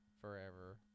forever